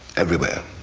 everywhere,